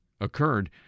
occurred